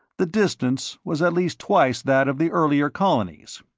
the distance was at least twice that of the earlier colonies.